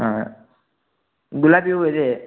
ಹಾಂ ಗುಲಾಬಿ ಹೂ ಅದೆ